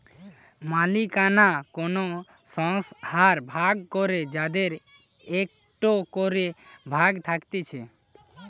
মালিকানা কোন সংস্থার ভাগ করে যাদের একটো করে ভাগ থাকতিছে